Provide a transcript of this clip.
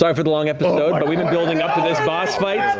so for the long episode, but we've been building up to this boss fight.